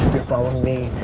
following me.